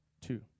two